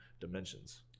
dimensions